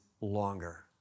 longer